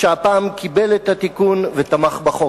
שהפעם קיבל את התיקון ותמך בחוק.